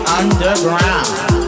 underground